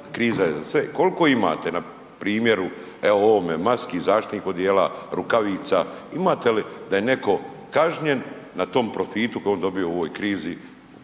bila kriza. Koliko imate na primjeru evo ovome maski, zaštitnih odijela, rukavica, imate li da je neko kažnjen na tom profitu koji je on dobio u ovoj krizi